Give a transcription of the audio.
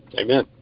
Amen